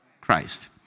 Christ